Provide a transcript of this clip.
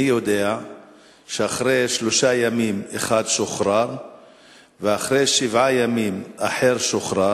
אני יודע שאחרי שלושה ימים אחד שוחרר ואחרי שבעה ימים אחר שוחרר.